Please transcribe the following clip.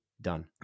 done